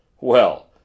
Well